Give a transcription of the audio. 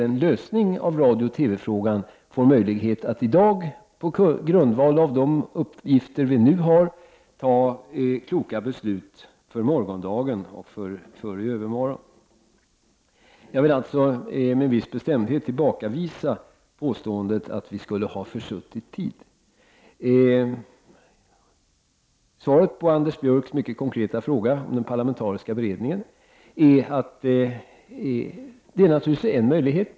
Den förlusten är naturligtvis försumbar, om man får möjlighet att i dag på grundval av de uppgifter vi nu har fatta kloka beslut för morgondagen och i övermorgon. Jag vill alltså med en viss bestämdhet tillbakavisa påståendet att vi skulle ha försuttit tid. Svaret på Anders Björcks mycket konkreta fråga om den parlamentariska beredningen är att det naturligtvis är en möjlighet.